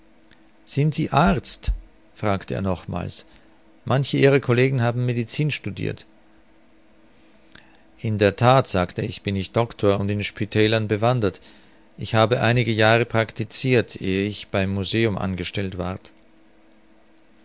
sind sie arzt fragte er nochmals manche ihrer collegen haben medicin studirt in der that sagte ich bin ich doctor und in spitälern bewandert ich habe einige jahre prakticirt ehe ich beim museum angestellt ward